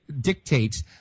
dictates